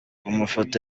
amafoto